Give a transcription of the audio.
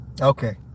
Okay